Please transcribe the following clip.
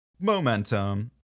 momentum